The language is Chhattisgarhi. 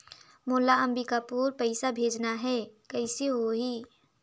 मोला अम्बिकापुर पइसा भेजना है, कइसे होही?